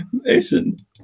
Listen